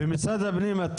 משרד הפנים,